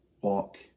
walk